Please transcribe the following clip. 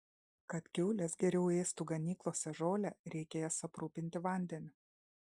kad kiaulės geriau ėstų ganyklose žolę reikia jas aprūpinti vandeniu